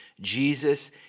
Jesus